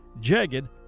jagged